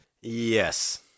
Yes